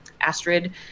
Astrid